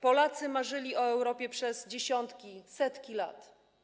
Polacy marzyli o Europie przez dziesiątki, setki lat.